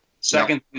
Second